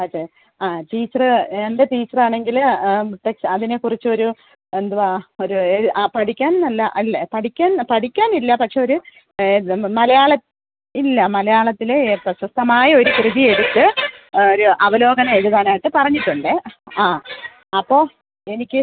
അതെ ആ ടീച്ചര് എൻ്റെ ടീച്ചറാണെങ്കില് മൊത്തം അതിനെ കുറിച്ചൊരു എന്തുവാ ഒരു ആ പഠിക്കാൻ നല്ല അല്ലേ പഠിക്കാൻ പഠിക്കാനില്ല പക്ഷെ ഒരു ഏത് മലയാള ഇല്ല മലയാളത്തിലെ പ്രശസ്തമായൊരു കൃതി എടുത്ത് ഒരു അവലോകനം എഴുതാനായിട്ട് പറഞ്ഞിട്ടുണ്ടേ ആ അപ്പോള് എനിക്ക്